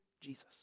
Jesus